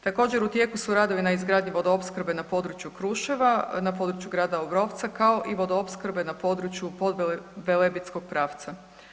Također u tijeku su radovi na izgradnji vodoopskrbe na području Kruševa, na području Grada Obrovca kao i vodoopskrbe podvelebitskog pravca.